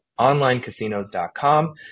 onlinecasinos.com